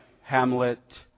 Hamlet